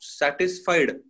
satisfied